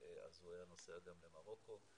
אז הוא היה נוסע גם למרוקו.